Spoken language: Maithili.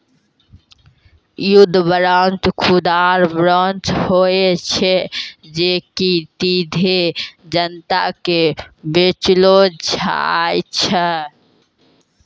युद्ध बांड, खुदरा बांड होय छै जे कि सीधे जनता के बेचलो जाय छै